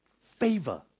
favor